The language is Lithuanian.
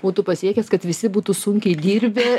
būtų pasiekęs kad visi būtų sunkiai dirbę